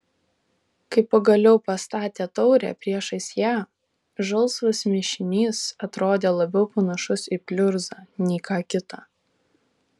kai pagaliau pastatė taurę priešais ją žalsvas mišinys atrodė labiau panašus į pliurzą nei ką kitą